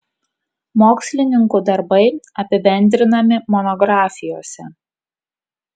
mokslininkų darbai apibendrinami monografijose